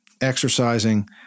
exercising